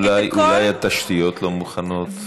אולי התשתיות לא מוכנות?